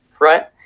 right